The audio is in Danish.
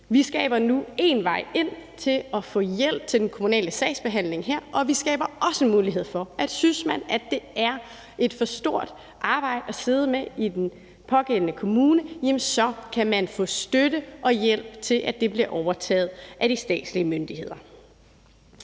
Vi skaber nu én vej ind til at få hjælp til den kommunale sagsbehandling her, og vi skaber også en mulighed for, at man, hvis man synes, at det er et for stort arbejde at sidde med i den pågældende kommune, så kan få støtte og hjælp til, at det bliver overtaget af de statslige myndigheder.